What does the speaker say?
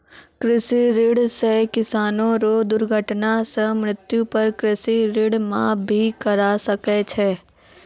कृषि ऋण सह किसानो रो दुर्घटना सह मृत्यु पर कृषि ऋण माप भी करा सकै छै